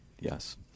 Yes